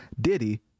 diddy